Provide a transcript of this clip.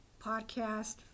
podcast